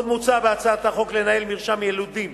עוד מוצע בהצעת החוק לנהל מרשם יילודים,